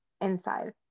inside